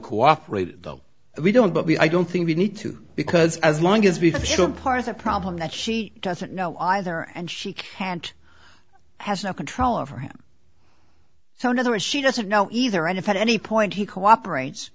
cooperate though we don't but we i don't think we need to because as long as we were part of the problem that she doesn't know either and she can't has no control over him so in other words she doesn't know either and if at any point he cooperates